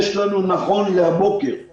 יש לנו נכון לבוקר זה